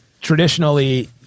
traditionally